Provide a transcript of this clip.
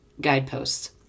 guideposts